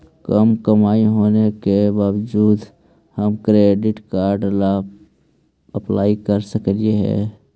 कम कमाई होने के बाबजूद हम क्रेडिट कार्ड ला अप्लाई कर सकली हे?